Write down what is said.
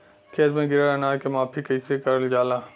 खेत में गिरल अनाज के माफ़ी कईसे करल जाला?